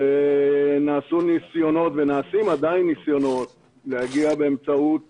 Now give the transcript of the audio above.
ונעשו ניסיונות ונעשים עדיין ניסיונות להגיע באמצעות